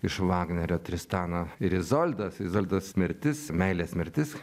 iš vagnerio tristano ir izoldos izoldos mirtis meilės mirtis